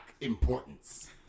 importance